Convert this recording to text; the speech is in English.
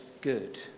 good